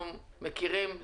אנחנו מכירים,